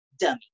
dummy